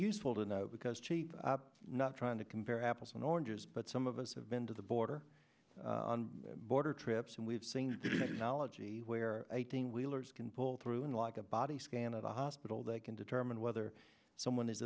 useful to know because cheap not trying to compare apples and oranges but some of us have been to the border on border trips and we've seen knology where eighteen wheelers can pull through unlike a body scan at a hospital they can determine whether someone is